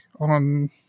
on